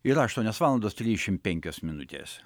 yra aštuonios valandos trisdešim penkios minutės